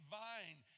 vine